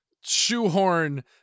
shoehorn